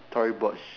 Tory Burch